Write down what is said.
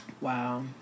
Wow